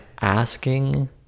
asking